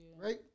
right